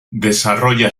desarrolla